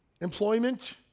employment